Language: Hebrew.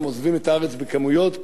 כי אדם רוצה לעבוד.